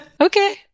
okay